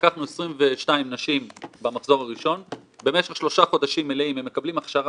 אחד המקומות הנחשבים בציבור החרדי --- אתה יכול להרחיב קצת על